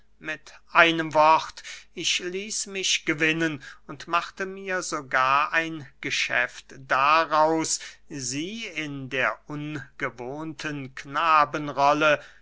mit einem wort ich ließ mich gewinnen und machte mir sogar ein geschäft daraus sie in der ungewohnten